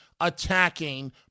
attacking